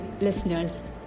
listeners